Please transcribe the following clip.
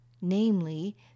namely